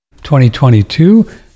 2022